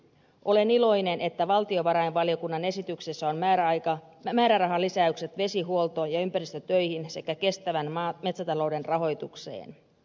olen iloinen että valtiovarainvaliokunnan esityksessä on määrärahalisäykset vesihuoltoon ja ympäristötöihin sekä kestävän metsätalouden rahoitukseen